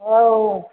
औ